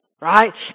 right